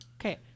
Okay